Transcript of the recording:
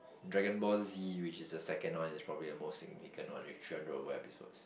dragon ball Z which is the second one is probably the most significant one with three hundred over episodes